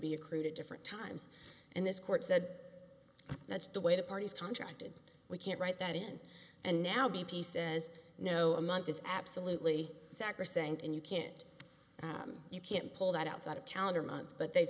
be accrued different times and this court said that's the way the parties contracted we can't write that in and now b p says no a month is absolutely sacrosanct and you can't you can't pull that out of calendar month but they've